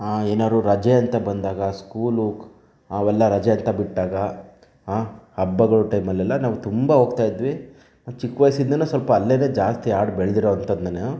ಏನಾದ್ರೂ ರಜೆ ಅಂತ ಬಂದಾಗ ಸ್ಕೂಲ್ ಅವೆಲ್ಲ ರಜೆ ಅಂತ ಬಿಟ್ಟಾಗ ಹಾಂ ಹಬ್ಬಗಳ ಟೈಮಲ್ಲೆಲ್ಲ ನಾವು ತುಂಬ ಹೋಗ್ತಾ ಇದ್ವಿ ಚಿಕ್ಕ ವಯಸ್ಸಿಂದಲೂ ಸ್ವಲ್ಪ ಅಲ್ಲೇನೇ ಜಾಸ್ತಿ ಆದಿ ಬೆಳೆದಿರೋ ಅಂಥದ್ದು ನಾನು